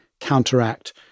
counteract